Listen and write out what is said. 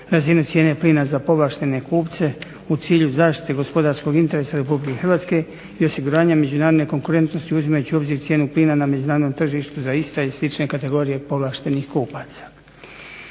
razinu cijene plina za povlaštene kupce u cilju zaštite gospodarskog interesa Republike Hrvatske i osiguranja međunarodne konkurentnosti uzimajući u obzir cijenu plina na međunarodnom tržištu za iste ili slične kategorije povlaštenih kupaca.